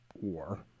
war